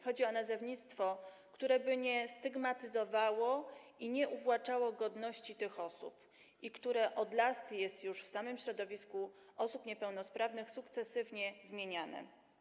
Chodzi o nazewnictwo, które by nie stygmatyzowało ani nie uwłaczało godności tych osób i które od lat jest już w samym środowisku osób niepełnosprawnych sukcesywnie zmieniane.